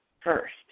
first